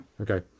Okay